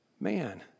man